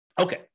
Okay